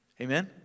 Amen